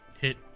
hit